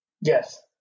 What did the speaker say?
Yes